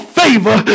favor